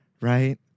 right